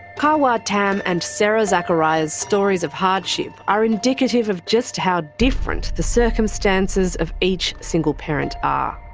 ka wah tam and sarah zakaria's stories of hardship are indicative of just how different the circumstances of each single parent are,